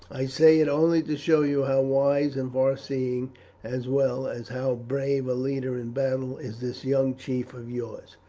i say it only to show you how wise and far seeing as well as how brave a leader in battle is this young chief of yours.